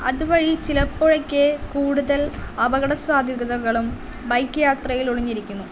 അതുവഴി ചിലപ്പോഴൊക്കെ കൂടുതൽ അപകട സാധ്യതകളും ബൈക്ക് യാത്രയിൽ ഒളിഞ്ഞിരിക്കുന്നു